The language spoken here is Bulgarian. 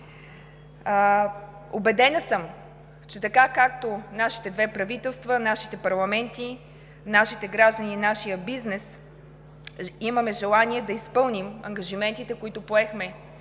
Убедена съм, че както нашите две правителства, нашите парламенти, нашите граждани и нашият бизнес имаме желание да изпълним ангажиментите, които поехме